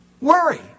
Worry